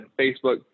Facebook